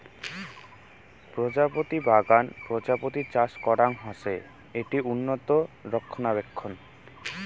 প্রজাপতি বাগান প্রজাপতি চাষ করাং হসে, এটি উন্নত রক্ষণাবেক্ষণ